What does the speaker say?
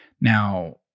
Now